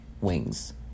wings